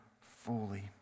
fully